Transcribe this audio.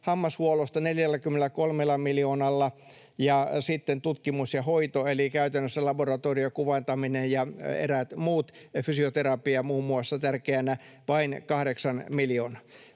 hammashuollosta 43 miljoonalla, ja sitten tutkimus ja hoito eli käytännössä laboratorio ja kuvantaminen ja eräät muut, fysioterapia muun muassa tärkeänä, vain 8 miljoonaa.